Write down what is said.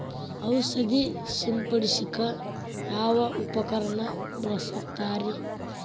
ಔಷಧಿ ಸಿಂಪಡಿಸಕ ಯಾವ ಉಪಕರಣ ಬಳಸುತ್ತಾರಿ?